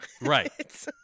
Right